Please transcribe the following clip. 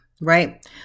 right